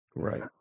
Right